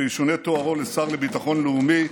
שישונה תוארו לשר לביטחון לאומי,